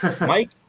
Mike